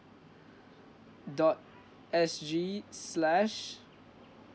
dot S_G slash